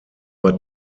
war